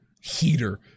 heater